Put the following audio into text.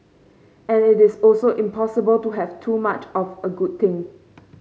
and it is also impossible to have too much of a good thing